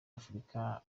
afrika